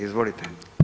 Izvolite.